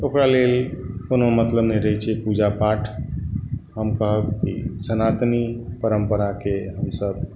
ओकरा लेल कोनो मतलब नहि रहैत छै पूजा पाठ हम कहब कि सनातनी परम्पराके